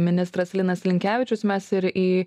ministras linas linkevičius mes ir į